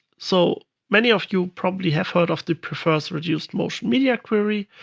so many of you probably have heard of the prefers-reduced-motion media query.